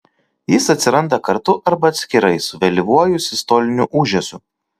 jis atsiranda kartu arba atskirai su vėlyvuoju sistoliniu ūžesiu